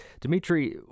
Dmitry